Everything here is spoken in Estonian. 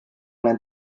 olen